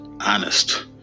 honest